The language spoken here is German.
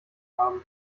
haben